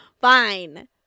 Fine